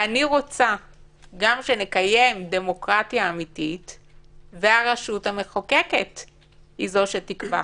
אני רוצה שנקיים גם דמוקרטיה אמיתית והרשות המחוקקת היא זו שתקבע.